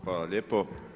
Hvala lijepo.